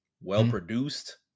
well-produced